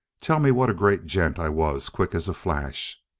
tell me what a great gent i was quick as a flash.